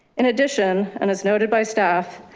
in addition, and as noted by staff,